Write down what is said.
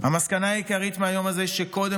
המסקנה העיקרית מהיום הזה היא שאנחנו קודם